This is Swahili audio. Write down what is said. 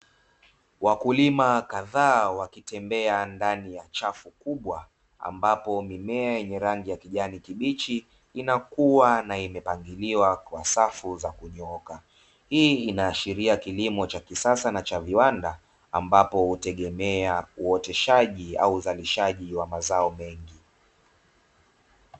Wakulima kadhaa wakitembea ndani ya chafu kubwa, ambapo mimea yenye rangi ya kijani kibichi, inakua na imepangiliwa kwa safu za kunyooka. Hii inaashiria kilimo cha kisasa na cha viwanda, ambacho hutegemea uoteshaji au uzalishaji wa kilimo cha mazao mengi.